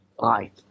right